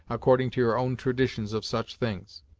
according to your own traditions of such things.